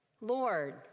Lord